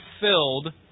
filled